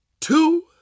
two